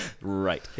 Right